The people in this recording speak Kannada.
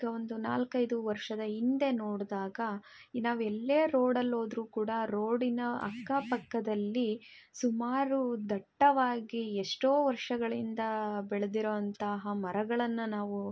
ಈಗ ಒಂದು ನಾಲ್ಕೈದು ವರ್ಷದ ಹಿಂದೆ ನೋಡಿದಾಗ ಈ ನಾವೆಲ್ಲೇ ರೋಡಲ್ಲಿ ಹೋದ್ರೂ ಕೂಡ ಆ ರೋಡಿನ ಅಕ್ಕಪಕ್ಕದಲ್ಲಿ ಸುಮಾರು ದಟ್ಟವಾಗಿ ಎಷ್ಟೋ ವರ್ಷಗಳಿಂದ ಬೆಳೆದಿರೋವಂತಹ ಮರಗಳನ್ನು ನಾವು